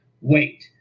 wait